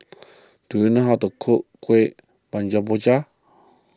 do you know how to cook Kueh